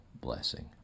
blessing